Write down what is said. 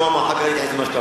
מג'אדלה.